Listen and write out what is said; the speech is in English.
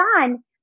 on